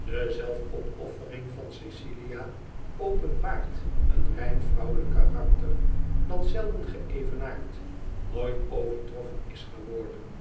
de zelfopoffering van ceciha openbaart een rein vrouwelijk karakter dat zelden geevenaard nooit overtroffen is geworden